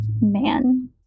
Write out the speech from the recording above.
man